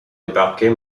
débarquer